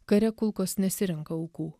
kare kulkos nesirenka aukų